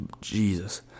Jesus